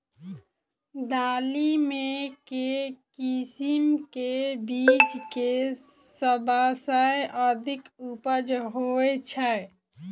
दालि मे केँ किसिम केँ बीज केँ सबसँ अधिक उपज होए छै?